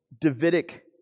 Davidic